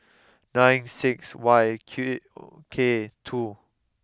nine six Y Q K two